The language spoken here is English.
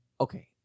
Okay